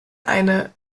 eine